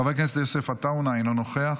חבר הכנסת יוסף עטאונה, אינו נוכח,